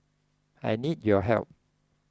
I need your help